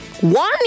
One